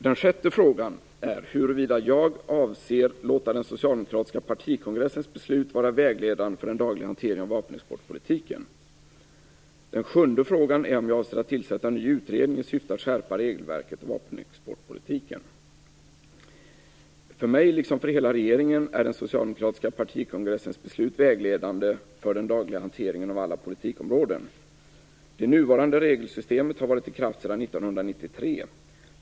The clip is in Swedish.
Den sjätte frågan är huruvida jag avser låta den socialdemokratiska partikongressens beslut vara vägledande för den dagliga hanteringen av vapenexportpolitiken. Den sjunde frågan är om jag avser tillsätta en ny utredning i syfte att skärpa regelverket och vapenexportpolitiken. För mig, liksom för hela regeringen, är den socialdemokratiska partikongressens beslut vägledande för den dagliga hanteringen av alla politikområden. Det nuvarande regelsystemet har varit i kraft sedan 1993.